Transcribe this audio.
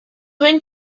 went